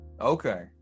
Okay